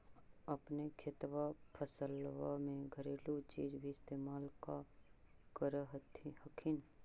अपने खेतबा फसल्बा मे घरेलू चीज भी इस्तेमल कर हखिन?